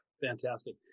Fantastic